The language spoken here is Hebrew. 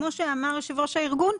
כמו שאמר יושב ראש הארגון,